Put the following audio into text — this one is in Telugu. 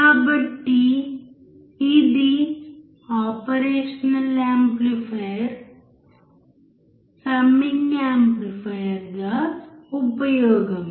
కాబట్టి ఇది ఆపరేషనల్ యాంప్లిఫైయర్ సమ్మింగ్ యాంప్లిఫైయర్లా ఉపయోగం